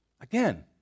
Again